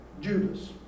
Judas